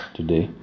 today